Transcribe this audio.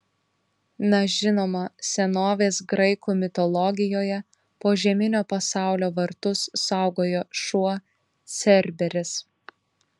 na žinoma senovės graikų mitologijoje požeminio pasaulio vartus saugojo šuo cerberis